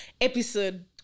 episode